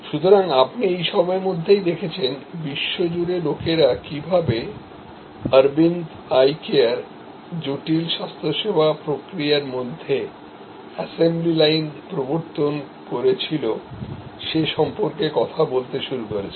সুতরাং আপনি এই সময়ের মধ্যেই দেখেছেন বিশ্বজুড়ে লোকেরা কীভাবে আরভাইন্ড আই কেয়ার জটিল স্বাস্থ্যসেবা প্রক্রিয়ার মধ্যে assembly লাইন প্রবর্তন করেছিল সে সম্পর্কে কথা বলতে শুরু করেছে